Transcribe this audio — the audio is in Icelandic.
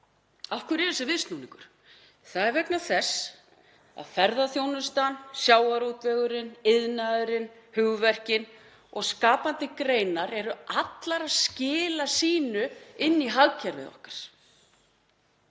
Af hverju er þessi viðsnúningur? Það er vegna þess að ferðaþjónustan, sjávarútvegurinn, iðnaðurinn, hugverkin og skapandi greinar eru allar að skila sínu inn í hagkerfið okkar.